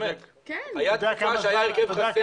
היתה תקופה שהיה הרכב חסר.